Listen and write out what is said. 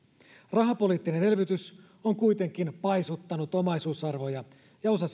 rahapoliittinen elvytys on kuitenkin paisuttanut omaisuusarvoja ja osa